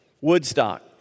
Woodstock